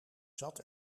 zat